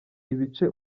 ibice